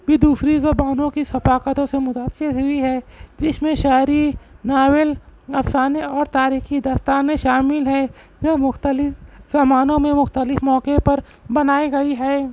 بھی دوسری زبانوں کی ثقافتوں سے متاثر ہوئی ہے اس میں شاعری ناول افسانے اور تاریخی داستانیں شامل ہیں جو مختلف زمانوں میں مختلف موقعے پر بنائی گئی ہے